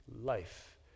life